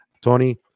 Tony